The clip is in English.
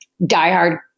diehard